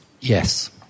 Yes